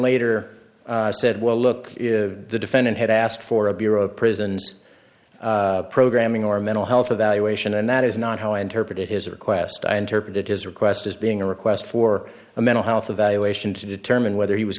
later said well look the defendant had asked for a bureau of prisons programming or a mental health evaluation and that is not how i interpreted his request i interpreted his request as being a request for a mental health evaluation to determine whether he was